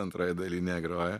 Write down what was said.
antroje daly negrojo